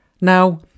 Now